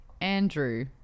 Andrew